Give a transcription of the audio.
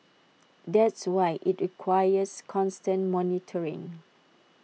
that's why IT requires constant monitoring